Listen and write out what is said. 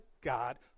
God